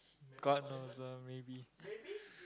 god knows ah maybe